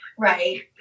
Right